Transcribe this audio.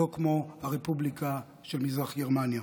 לא כמו הרפובליקה של מזרח גרמניה.